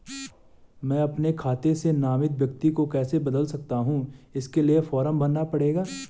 मैं अपने खाते से नामित व्यक्ति को कैसे बदल सकता हूँ इसके लिए फॉर्म भरना पड़ेगा?